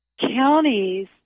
counties